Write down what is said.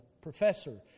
professor